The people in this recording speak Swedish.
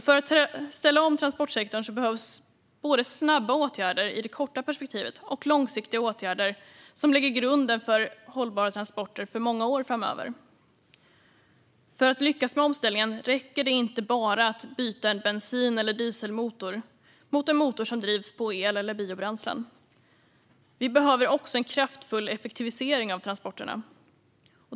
För att ställa om transportsektorn behövs både snabba åtgärder i det korta perspektivet och långsiktiga åtgärder som lägger grunden för hållbara transporter för många år framöver. För att lyckas med omställningen räcker det inte med att bara byta en bensin eller dieselmotor mot en motor som drivs på el eller biobränslen. Vi behöver också en kraftfull effektivisering av transporterna.